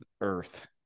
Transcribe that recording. Earth